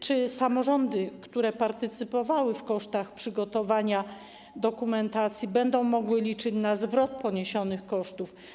Czy samorządy, które partycypowały w kosztach przygotowania dokumentacji, będą mogły liczyć na zwrot poniesionych kosztów?